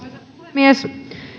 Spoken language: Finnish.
puhemies